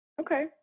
Okay